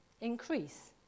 increase